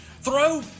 throw